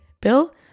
Bill